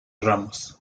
ramos